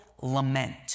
Lament